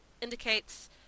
indicates